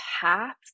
path